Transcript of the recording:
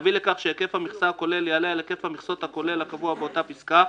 תביא לכך שהיקף המכסה הכולל יעלה על היקף המכסה הכולל הקבוע באותה פסקה,